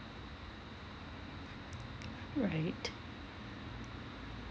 right